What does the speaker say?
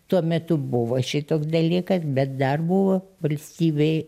tuo metu buvo šitoks dalykas bet dar buvo valstybėj